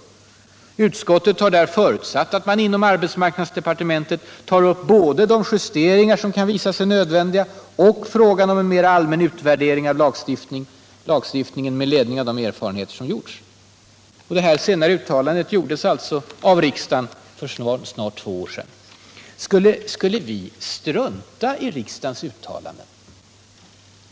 Där står det bl.a. att utskottet har förutsatt att man inom arbetsmarknadsdepartementet tar upp både de justeringar, som kan visa sig nödvändiga, och frågan om en mera allmän utvärdering av lagstiftningen med ledning av de erfarenheter som gjorts. Detta uttalande gjordes alltså av riksdagen för snart två år sedan. Skulle vi strunta i riksdagens uttalanden?